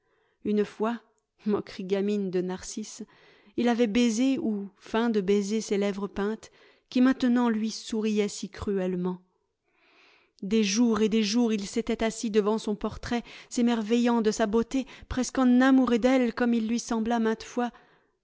une fois moquerie gamine de narcisse il avait baisé ou feint de baiser ces lèvres peintes qui maintenant lui souriaient si cruellement des jours et des jours il s'était assis devant son portrait s'émerveillant de sa beauté presque enamouré d'elle comme il lui sembla maintes fois